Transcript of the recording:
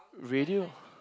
radio